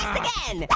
again.